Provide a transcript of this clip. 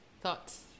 Thoughts